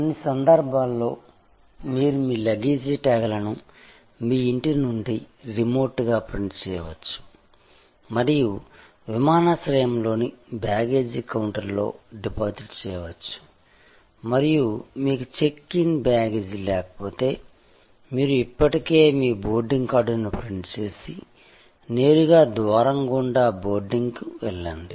కొన్ని సందర్భాల్లో మీరు మీ లగేజీ ట్యాగ్లను మీ ఇంటి నుండి రిమోట్గా ప్రింట్ చేయవచ్చు మరియు విమానాశ్రయంలోని బ్యాగేజ్ కౌంటర్లో డిపాజిట్ చేయవచ్చు మరియు మీకు చెక్ ఇన్ బ్యాగేజ్ లేకపోతే మీరు ఇప్పటికే మీ బోర్డింగ్ కార్డును ప్రింట్ చేసి నేరుగా ద్వారం గుండా బోర్డింగ్కు వెళ్లండి